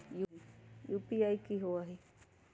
UPI की होई?